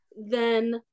then-